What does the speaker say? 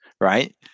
right